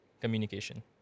communication